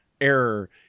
error